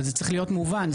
זה צריך להיות מובן,